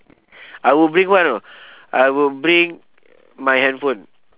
I will bring what you know I will bring my handphone